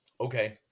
okay